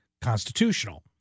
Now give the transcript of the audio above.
constitutional